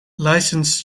licensed